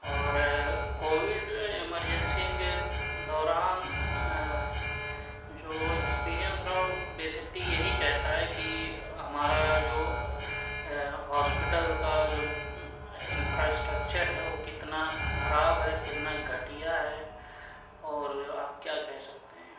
اور covid emergency کے دوران جو ایکسپیرئنس رہا وہ بیسکلی یہی کہتا ہے کہ ہمارا جو ہاسپیٹل کا جو انفرااسٹکچر ہے وہ کتنا خراب ہے کتنا گھٹیا ہے اور آپ کیا کہہ سکتے ہیں